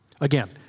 Again